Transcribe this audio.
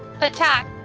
Attack